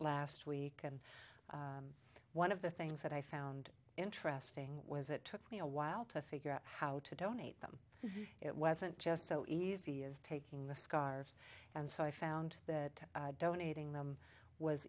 last week and one of the things that i found interesting was it took me a while to figure out how to donate them it wasn't just so easy as taking the scarves and so i found that donating them was